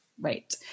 Right